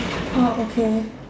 oh okay